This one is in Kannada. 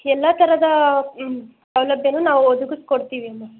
ಎಲ್ಲ ಥರದ ಸೌಲಭ್ಯನೂ ನಾವು ಒದಗಸ್ಕೊಡ್ತೀವಿಮಾ